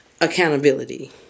accountability